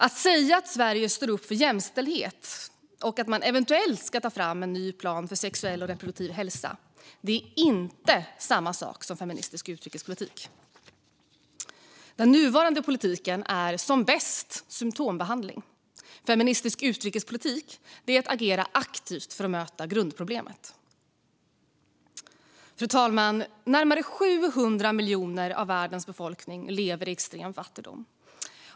Att säga att Sverige står upp för jämställdhet och att man eventuellt ska ta fram en ny plan för sexuell och reproduktiv hälsa är inte samma sak som feministisk utrikespolitik. Den nuvarande politiken är som bäst symtombehandling. Feministisk utrikespolitik är att agera aktivt för att möta grundproblemet. Fru talman! Närmare 700 miljoner av världens befolkning lever i extrem fattigdom.